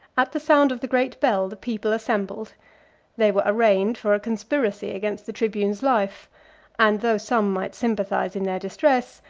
at the sound of the great bell the people assembled they were arraigned for a conspiracy against the tribune's life and though some might sympathize in their distress,